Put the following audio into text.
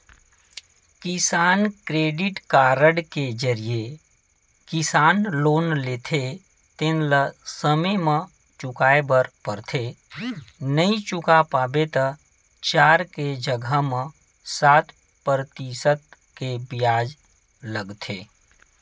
किसान credit card के जरिए किसान लोन लेथे तेन ल समे म चुकाए बर परथे नइ चुका पाबे त चार के जघा म सात परतिसत के बियाज लगथे